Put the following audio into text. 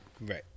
Right